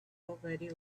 already